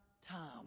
time